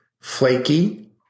flaky